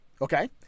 Okay